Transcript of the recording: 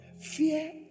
Fear